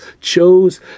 chose